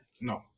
No